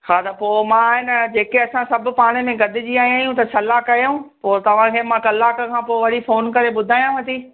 हा त पोइ मां अन जेके असां सभु पाण में गॾिजी आया आहियूं त सलाह कयूं पोइ तव्हांखे मां कलाक खां पोइ वरी फ़ोन करे ॿुधायांव थी